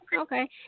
okay